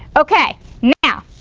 okay? now